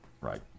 right